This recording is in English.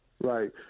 Right